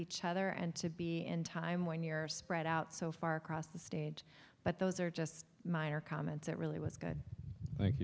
each other and to be in time when you're spread out so far across the stage but those are just minor comments it really was good